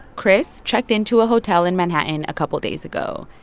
chris checked into a hotel in manhattan a couple days ago,